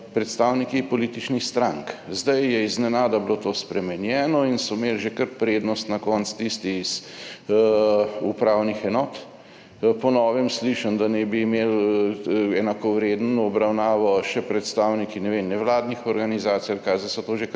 predstavniki, političnih strank. Zdaj je iznenada bilo to spremenjeno in so imeli že kar prednost na koncu tisti iz upravnih enot. Po novem slišim, da naj bi imeli enakovredno obravnavo še predstavniki, ne vem, nevladnih organizacij ali kaj. Zdaj so to že